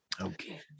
okay